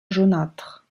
jaunâtre